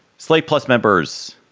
slate plus members,